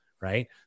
right